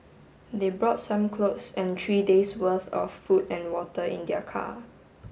they brought some clothes and three days worth of food and water in their car